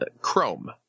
chrome